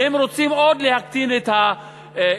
והם רוצים עוד להקטין את הגירעון.